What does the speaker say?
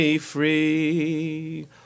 free